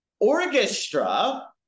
Orchestra